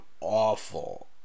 awful